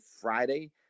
Friday